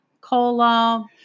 cola